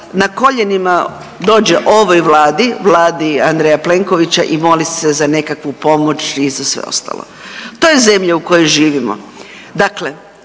na koljenima dođe ovoj Vladi, Vladi Andreja Plenkovića i moli se za nekakvu pomoć i za sve ostalo. To je zemlja u kojoj živimo.